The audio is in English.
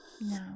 No